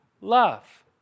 love